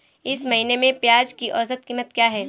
इस महीने में प्याज की औसत कीमत क्या है?